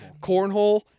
Cornhole